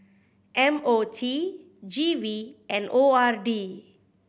M O T G V and O R D